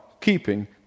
keeping